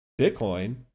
Bitcoin